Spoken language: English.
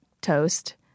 toast